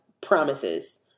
promises